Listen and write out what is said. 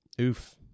Oof